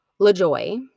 LaJoy